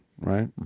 right